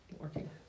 working